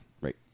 Right